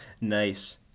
Nice